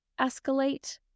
escalate